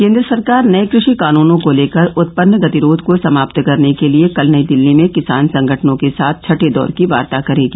केंद्र सरकार नए कृषि कानुनों को लेकर उत्पन्न गतिरोध को समाप्त करने के लिए कल नई दिल्ली में किसान संगठनों के साथ छठे दौर की वार्ता करेगी